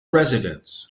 residents